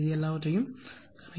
இந்த எல்லாவற்றையும் கணக்கிடுங்கள்